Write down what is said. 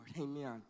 amen